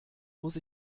muss